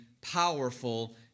powerful